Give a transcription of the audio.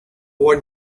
one